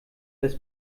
das